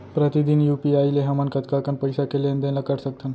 प्रतिदन यू.पी.आई ले हमन कतका कन पइसा के लेन देन ल कर सकथन?